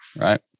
right